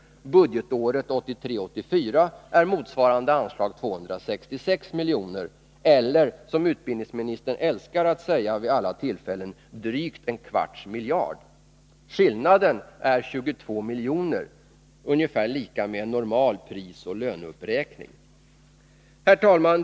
Budgetåret 1983/84 är motsvarande anslag 266 miljoner eller, som utbildningsministern älskar att säga vid alla tillfällen, drygt en kvarts miljard. Skillnaden är 22 miljoner — ungefär lika med normal prisoch löneuppräkning. Herr talman!